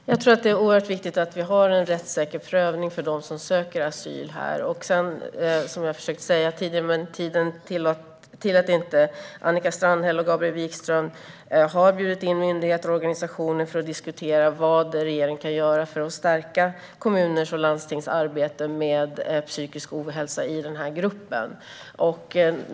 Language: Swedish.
Fru talman! Jag tror att det är oerhört viktigt att vi har en rättssäker prövning för dem som söker asyl i Sverige. Talartiden tillät inte det jag försökte att säga tidigare, men jag vill framhålla att Annika Strandhäll och Gabriel Wikström har bjudit in myndigheter och organisationer för att diskutera vad regeringen kan göra för att stärka kommuners och landstings arbete med psykisk ohälsa i denna grupp.